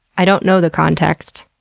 i don't know the context.